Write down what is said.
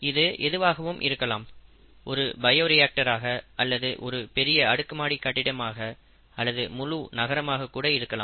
இது எதுவாகவும் இருக்கலாம் ஒரு பயோரியாக்டர் ஆக அல்லது ஒரு பெரிய அடுக்கு மாடி கட்டிடமாக அல்லது முழு நகரமாக கூட இருக்கலாம்